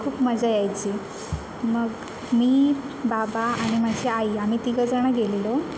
खूप मजा यायची मग मी बाबा आणि माझी आई आम्ही तिघंजण गेलेलो